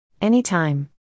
Anytime